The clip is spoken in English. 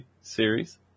series